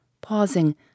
pausing